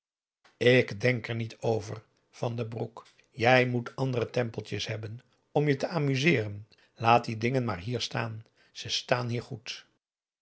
ik denk er niet over van den broek jij moet andere tempeltjes hebben om je te amuseeren laat die dingen maar hier staan ze staan hier goed